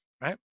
right